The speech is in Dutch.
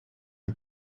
een